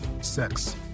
sex